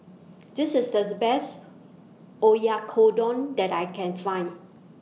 This IS This Best Oyakodon that I Can Find